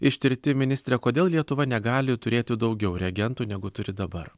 ištirti ministre kodėl lietuva negali turėti daugiau reagentų negu turi dabar